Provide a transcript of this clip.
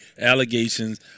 allegations